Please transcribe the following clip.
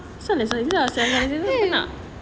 so let's saya nak bagi ke tak